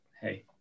hey